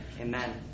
amen